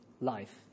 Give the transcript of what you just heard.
life